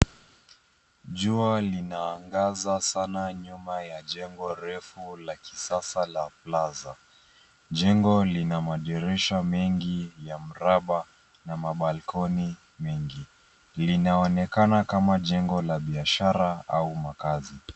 Jua lina angaza sana nyuma ya jengo refu la kisasa la plaza . Jengo lina madirisha mengi ya mraba na ma balcony mengi linaonekana kama jengo la biashara au makazi.